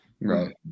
Right